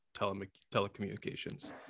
telecommunications